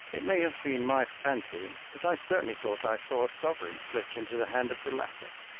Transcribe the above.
it may have been my fancy, but i certainly thought i saw a sovereign slipped into the hand of the latter.